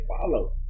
follow